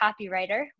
copywriter